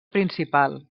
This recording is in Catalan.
principal